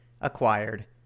acquired